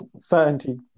certainty